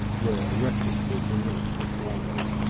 where references were not required.